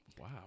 Wow